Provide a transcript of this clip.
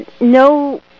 no